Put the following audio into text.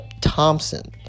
Thompson